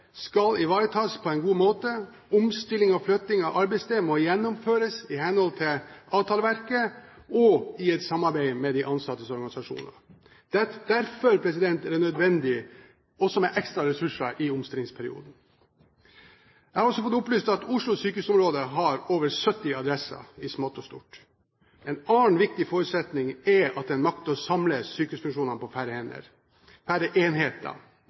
skal ivaretas på en god måte. Omstilling og flytting av arbeidssted må gjennomføres i henhold til avtaleverket og i et samarbeid med de ansattes organisasjoner. Derfor er det også nødvendig med ekstra ressurser i omstillingsperioden. Jeg har også fått opplyst at Oslo sykehusområde har over 70 adresser i smått og stort. En annen viktig forutsetning er at en makter å samle sykehusfunksjonene på færre